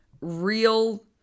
real